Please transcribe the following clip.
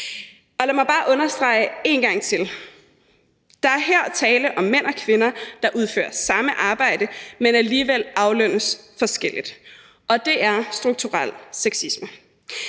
Lad mig bare understrege en gang til: Der er her tale om mænd og kvinder, der udfører samme arbejde, men alligevel aflønnes forskelligt. Og det er strukturel sexisme.